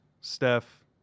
Steph